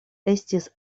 estis